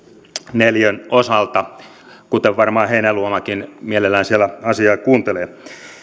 neliön osalta kuten varmaan heinäluomakin mielellään siellä asiaa kuuntelee